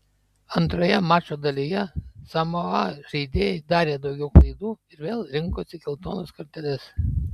antroje mačo dalyje samoa žaidėjai darė daugiau klaidų ir vėl rinkosi geltonas korteles